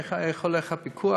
איך הולך הפיקוח,